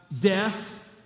death